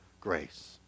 grace